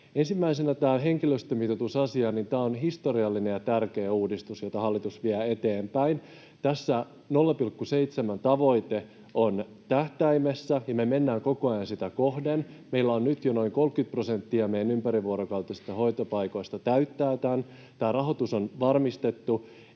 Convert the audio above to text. Ensimmäisenä tämä henkilöstömitoitusasia: Tämä on historiallinen ja tärkeä uudistus, jota hallitus vie eteenpäin. Tässä 0,7:n tavoite on tähtäimessä, ja me mennään koko ajan sitä kohden. Meillä jo nyt noin 30 prosenttia meidän ympärivuorokautisista hoitopaikoista täyttää tämän. Tämä rahoitus on varmistettu